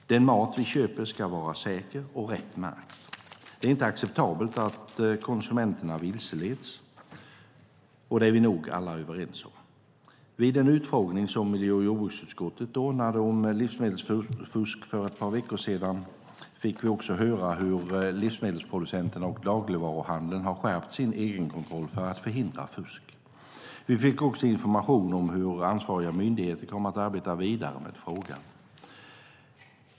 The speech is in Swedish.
Den mat vi köper ska vara säker och rätt märkt! Det är inte acceptabelt att konsumenterna vilseleds, det är vi nog alla överens om. Vid den utfrågning som miljö och jordbruksutskottet ordnade om livsmedelsfusk för ett par veckor sedan fick vi också höra hur livsmedelsproducenter och dagligvaruhandeln har skärpt sin egenkontroll för att förhindra fusk. Vi fick också information om hur ansvariga myndigheter kommer att arbeta vidare med frågan.